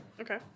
Okay